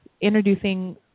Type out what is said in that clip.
introducing